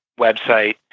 website